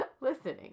listening